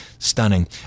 Stunning